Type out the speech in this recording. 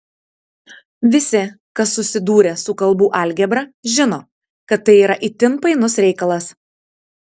visi kas susidūrę su kalbų algebra žino kad tai yra itin painus reikalas